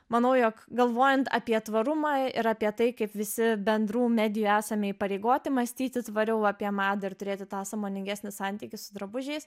manau jog galvojant apie tvarumą ir apie tai kaip visi bendrų medijų esame įpareigoti mąstyti tvariau apie madą ir turėti tą sąmoningesnį santykį su drabužiais